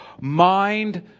mind